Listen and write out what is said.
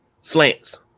slants